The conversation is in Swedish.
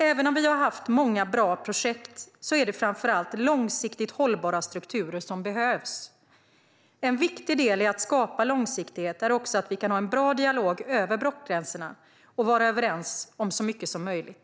Även om vi har haft många bra projekt är det framför allt långsiktigt hållbara strukturer som behövs. En viktig del i att skapa långsiktighet är också att vi kan ha en bra dialog över blockgränserna och vara överens om så mycket som möjligt.